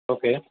okay